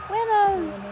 Winners